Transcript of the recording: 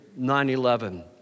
9-11